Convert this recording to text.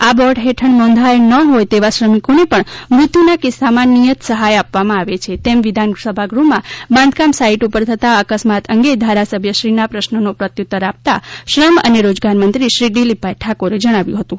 આ બોર્ડ હેઠળ નોંધાયા ન હોય તેવા શ્રમિકોને પણ મૃત્યુના કિસ્સામાં નિયત સહાય આપવામાં આવે છે તેમ વિધાનસભાગૃહમાં બાંધકામ સાઇટ ઉપર થતા અકસ્માત અંગે ધારાસભ્યશ્રીના પ્રશ્નનો પ્રત્યુત્તર આપતા શ્રમ અને રોજગાર મંત્રી શ્રી દિલીપભાઈ ઠાકોરે જણાવ્યું હતું